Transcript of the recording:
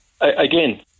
again